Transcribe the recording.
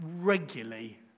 regularly